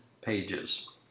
pages